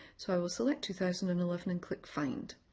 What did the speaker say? so i will select two thousand and eleven and click find.